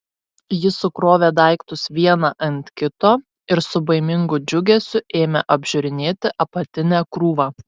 ji sukrovė daiktus vieną ant kito ir su baimingu džiugesiu ėmė apžiūrinėti apatinę krūvą